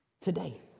Today